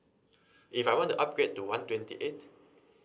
if I want to upgrade to one twenty eight